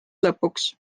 lõpuks